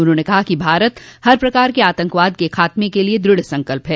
उन्होंने कहा कि भारत हर प्रकार के आतंकवाद के खात्मे के लिए द्रढ़ संकल्प है